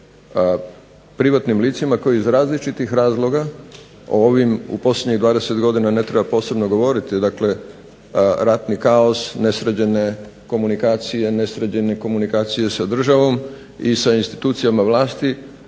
šteta privatnim licima koji iz različitih razloga o ovim u posljednjih 20 godina ne treba posebno govoriti, dakle ratni kaos, nesređene komunikacije, nesređene komunikacije sa državom i sa institucijama vlasti,